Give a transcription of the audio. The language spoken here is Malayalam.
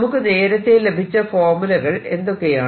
നമുക്ക് നേരത്തെ ലഭിച്ച ഫോർമുലകൾ എന്തൊക്കെയാണ്